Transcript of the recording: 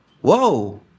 Whoa